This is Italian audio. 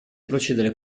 procedere